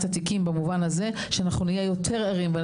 התיקים במובן הזה שאנחנו נהיה יותר ערים.